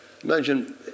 Imagine